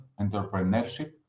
entrepreneurship